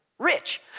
Rich